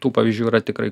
tų pavyzdžių yra tikrai